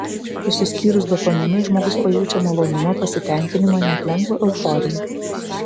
išsiskyrus dopaminui žmogus pajaučia malonumą pasitenkinimą net lengvą euforiją